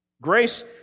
Grace